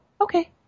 okay